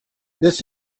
this